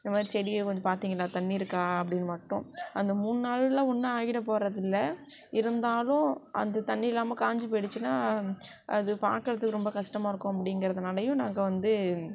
இந்த மாதிரி செடியை கொஞ்சம் பார்த்தீங்களா தண்ணி இருக்கா அப்படின்னு மட்டும் அந்த மூணு நாளில் ஒன்றும் ஆகிட போகிறது இல்லை இருந்தாலும் அது தண்ணி இல்லாமல் காஞ்சு போயிடுத்துனா அது பார்க்கறதுக்கு ரொம்ப கஷ்டமா இருக்கும் அப்படிங்குறதுனாலயும் நாங்கள் வந்து